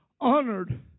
honored